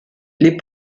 les